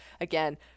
Again